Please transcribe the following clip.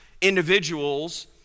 individuals